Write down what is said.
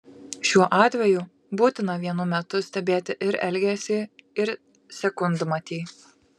šiuo atveju būtina vienu metu stebėti ir elgesį ir sekundmatį